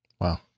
Wow